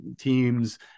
teams